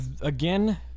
Again